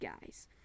guys